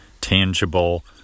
tangible